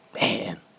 Man